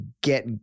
get